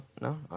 No